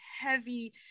heavy